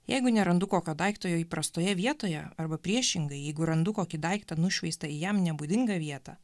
jeigu nerandu kokio daikto jo įprastoje vietoje arba priešingai jeigu randu kokį daiktą nušveistą į jam nebūdingą vietą